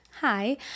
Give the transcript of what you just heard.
hi